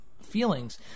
feelings